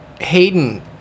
Hayden